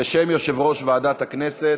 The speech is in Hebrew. בשם יושב-ראש ועדת הכנסת.